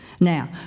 Now